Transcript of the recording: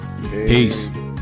Peace